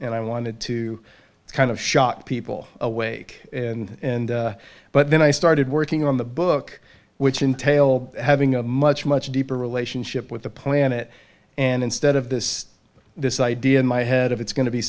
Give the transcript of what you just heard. and i wanted to kind of shock people awake and but then i started working on the book which entailed having a much much deeper relationship with the planet and instead of this this idea in my head of it's going to be